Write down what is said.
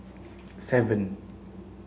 seven